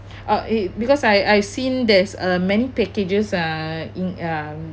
uh it because I I've seen there's uh many packages uh in uh